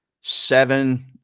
seven